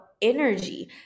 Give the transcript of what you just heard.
energy